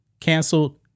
canceled